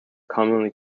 commonly